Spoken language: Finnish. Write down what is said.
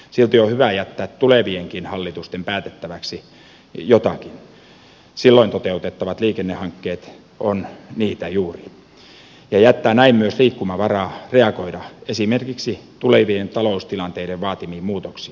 silti on hyvä jättää tulevienkin hallitusten päätettäväksi jotakin silloin toteutettavat liikennehankkeet ovat juuri niitä ja jättää näin myös liikkumavaraa reagoida esimerkiksi tulevien taloustilanteiden vaatimiin muutoksiin